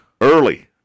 Early